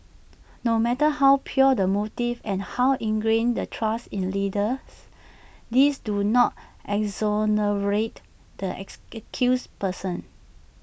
no matter how pure the motives and how ingrained the trust in leaders these do not exonerate the ex accused persons